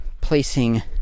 placing